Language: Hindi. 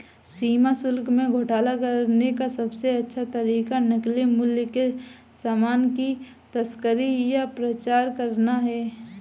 सीमा शुल्क में घोटाला करने का सबसे अच्छा तरीका नकली मूल्य के सामान की तस्करी या प्रचार करना है